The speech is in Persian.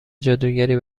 جادوگری